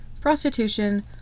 prostitution